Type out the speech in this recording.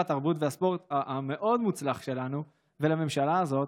התרבות והספורט המאוד-מוצלח שלנו ולממשלה הזאת,